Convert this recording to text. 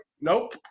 Nope